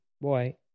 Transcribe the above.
boy